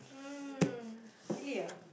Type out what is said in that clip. um actually ah